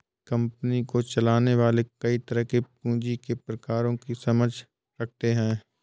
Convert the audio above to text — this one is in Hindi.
कंपनी को चलाने वाले कई तरह के पूँजी के प्रकारों की समझ रखते हैं